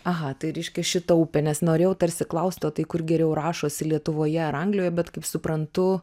aha tai reiškia šita upė nes norėjau tarsi klausti o tai kur geriau rašosi lietuvoje ar anglijoj bet kaip suprantu